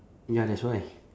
ya that's why